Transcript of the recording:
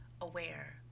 aware